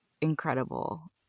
incredible